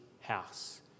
house